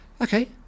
Okay